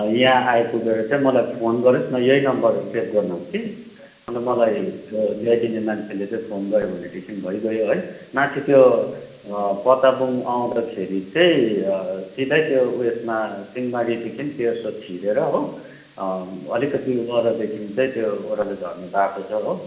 यहाँ आइपुगेर चाहिँ मलाई फोन गरोस् न यही नम्बर सेभ गर्नुहोस् कि अन्त मलाई त्यो ल्याइदिने मान्छेले चाहिँ फोन गऱ्यो भनेदेखिन् भइगयो माथि त्यो पत्ताबुङ आउँदाखेरि चाहिँ सिधै त्यो ऊ यसमा सिंहमारीदेखिन् तेर्सो छिरेर हो अलिकति वरदेखिन् चाहिँ त्यो ओह्रालो झर्ने बाटो छ हो